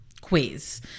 quiz